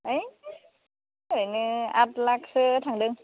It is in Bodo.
है ओरैनो आट लाकसो थांदों